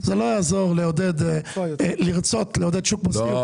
זה לא יעזור לרצות לעודד שוק ---,